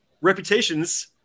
reputations